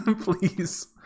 please